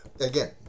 again